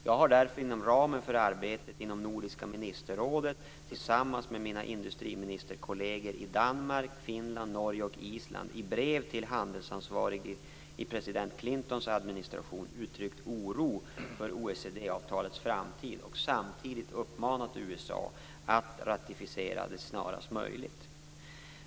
Jag har därför inom ramen för arbetet inom Nordiska ministerrådet tillsammans med mina industriministerkolleger i Danmark, Finland, Norge och Island i ett brev till handelsansvarig i president Clintons administration uttryckt oro för OECD-avtalets framtid och samtidigt uppmanat USA att ratificera det snarast möjligt.